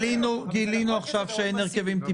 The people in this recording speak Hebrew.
גילינו עכשיו שאין הרכבים טיפוסיים.